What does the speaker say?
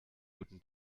guten